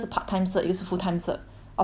of course they will choose full cert right